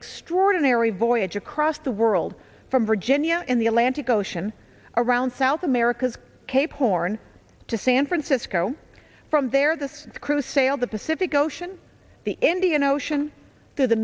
extraordinary voyage across the world from virginia in the atlantic ocean around south america's cape horn to san francisco from there the crew sailed the pacific ocean the indian ocean to the